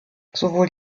sowohl